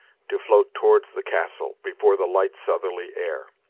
to float towards the castle, before the light southerly air.